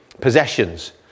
possessions